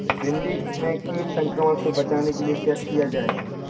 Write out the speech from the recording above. भिंडी में कीट संक्रमण से बचाने के लिए क्या किया जाए?